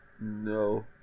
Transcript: No